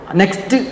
next